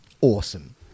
awesome